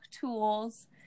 tools